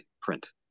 print